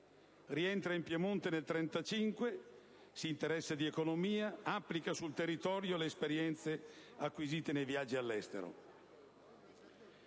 Rientrato in Piemonte nel 1835, si interessa di economia e applica sul territorio le esperienze acquisite nei viaggi all'estero.